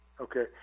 okay